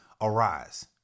arise